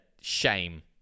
shame